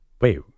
Wait